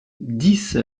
dix